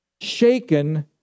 shaken